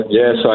yes